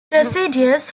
procedures